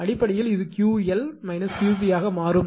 அடிப்படையில் இது 𝑄𝑙 𝑄𝐶 ஆக மாறும்